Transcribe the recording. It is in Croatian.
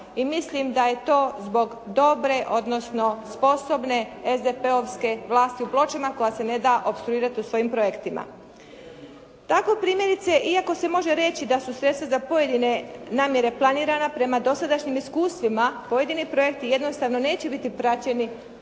mislim da je to zbog dobre, odnosno sposobne SDP-ovske vlasti u Pločama koja se ne da opstruirati u svojim projektima. Tako primjerice iako se može reći da su sredstva za pojedine namjere planirana prema dosadašnjim iskustvima. Pojedini projekti jednostavno neće biti praćeni